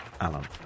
Alan